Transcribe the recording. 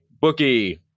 bookie